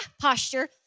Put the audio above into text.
posture